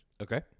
Okay